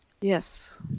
Yes